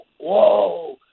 whoa